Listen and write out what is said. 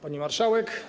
Pani Marszałek!